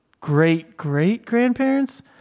great-great-grandparents